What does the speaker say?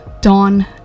Dawn